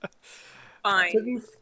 Fine